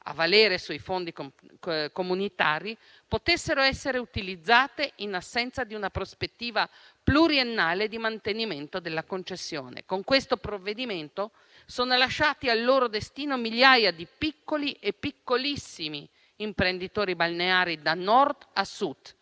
a valere sui fondi comunitari, potessero essere utilizzate in assenza di una prospettiva pluriennale di mantenimento della concessione. Con questo provvedimento sono lasciati al loro destino migliaia di piccoli e piccolissimi imprenditori balneari, da Nord a Sud,